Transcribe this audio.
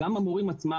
גם המורים עצמם,